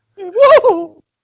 Whoa